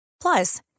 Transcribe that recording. Plus